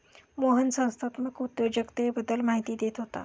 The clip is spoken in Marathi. मोहन संस्थात्मक उद्योजकतेबद्दल माहिती देत होता